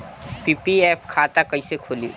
PPF खाता कैसे खुली?